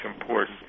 important